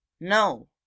No